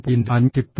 510 ഇടുന്നു